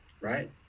right